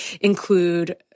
include